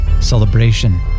celebration